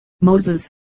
Moses